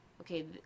okay